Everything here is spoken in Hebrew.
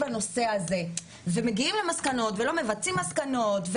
הנושא הזה ומגיעים למסקנות ולא מבצעים מסקנות.